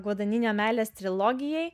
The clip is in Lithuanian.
guodaninio meilės trilogijai